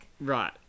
Right